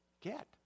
get